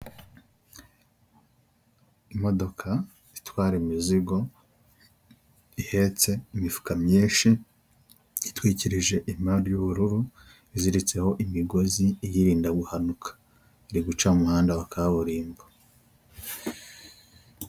Inzu ikodeshwa iri Kicukiro muri Kigali, ifite ibyumba bine n'amadushe atatu na tuwarete ikaba ikodeshwa amafaranga ibihumbi magana atanu ku kwezi.